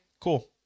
cool